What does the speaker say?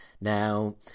Now